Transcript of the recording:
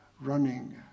running